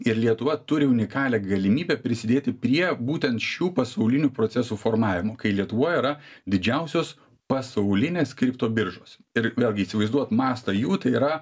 ir lietuva turi unikalią galimybę prisidėti prie būtent šių pasaulinių procesų formavimo kai lietuvoj yra didžiausios pasaulinės kriptobiržos ir vėlgi įsivaizduok mastą jų tai yra